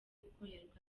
gukorerwa